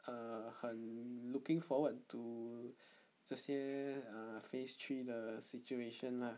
err 很 looking forward to 这些 uh phase three the situation lah